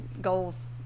goals